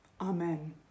amen